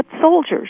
soldiers